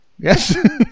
Yes